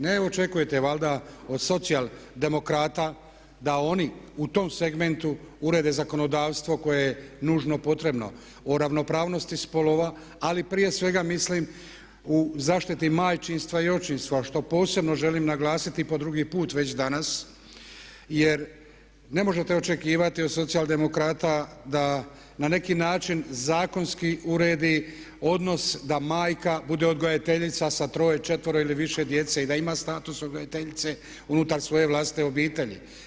Ne očekujete valjda od socijaldemokrata da oni u tom segmentu urede zakonodavstvo koje je nužno potrebno, o ravnopravnosti spolova ali prije svega mislim u zaštiti majčinstva i očinstva što posebno želim naglasiti i po drugi put već danas jer ne možete očekivati od socijaldemokrata da na neki način zakonski uredi odnos da majka bude odgojiteljica sa troje, četvero ili više djece i da ima status odgojiteljice unutar svoje vlastite obitelji.